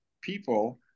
people